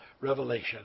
revelation